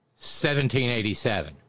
1787